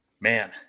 Man